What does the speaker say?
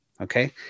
Okay